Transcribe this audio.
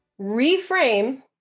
Reframe